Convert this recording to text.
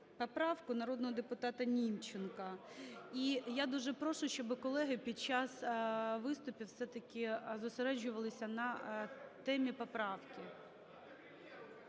поправку народного депутата Німченка. І я дуже прошу, щоб колеги під час виступів все-таки зосереджувалися на темі поправки.